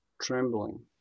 trembling